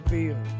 feel